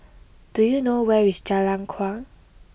do you know where is Jalan Kuang